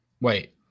Wait